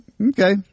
Okay